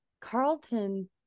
Carlton